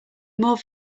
more